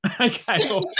Okay